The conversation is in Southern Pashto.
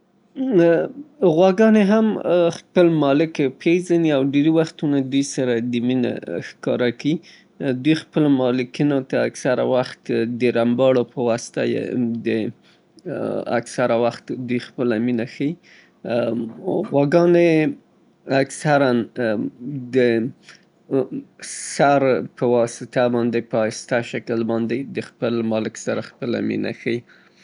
غواګانې هم خپل مالک پېزني او ډېرې وختونه دوی د مينه ښکاره کي دوی خپلو مالکينو ته اکثریت وخت د رمباړو په واسطه د اکثره وخت خپله مينه ښيي. غواګانې اکثرآً د سر په واسطه باندې په اهسته شکل باندې دوی د خپل مالک سره خپله مينه ښيي.